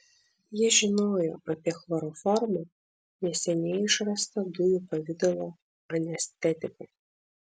jis žinojo apie chloroformą neseniai išrastą dujų pavidalo anestetiką